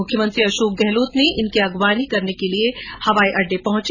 मुख्यमंत्री अशोक गहलोत इनकी अगवानी करने हवाई अड्डे पहुंचे